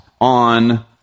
on